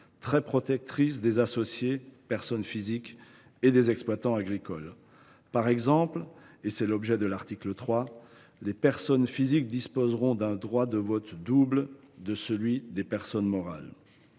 très protectrices des associés personnes physiques et des exploitants agricoles. Par exemple, et c’est l’objet de l’article 3, les personnes physiques disposeront d’un droit de vote double, contre un droit de vote simple